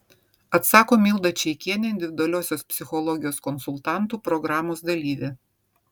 atsako milda čeikienė individualiosios psichologijos konsultantų programos dalyvė